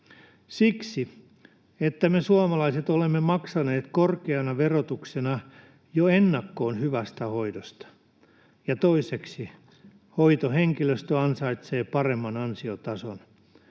Siksi, että me suomalaiset olemme maksaneet korkeana verotuksena jo ennakkoon hyvästä hoidosta, ja toiseksi: hoitohenkilöstö ansaitsee paremman ansiotason.